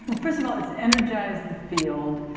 first of all it's energized the field.